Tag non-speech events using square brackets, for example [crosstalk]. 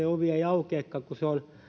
[unintelligible] ovi ei aukeakaan kun